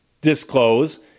disclose